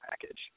package